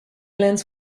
lens